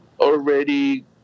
already